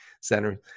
center